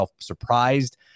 surprised